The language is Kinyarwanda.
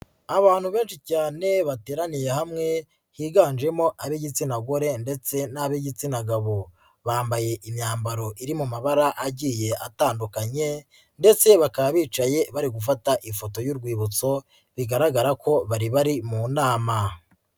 Abantu benshi cyane bateraniye hamwe higanjemo ab'igitsina gore ndetse n'ab'igitsina gabo, bambaye imyambaro iri mu mabara agiye atandukanye ndetse bakaba bicaye bari gufata ifoto y'urwibutso bigaragara ko bari bari mu nama.